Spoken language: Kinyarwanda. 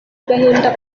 agahinda